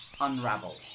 unravel